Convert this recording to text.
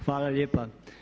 hvala lijepa.